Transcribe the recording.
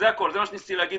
זה הכול, זה מה שניסיתי להגיד.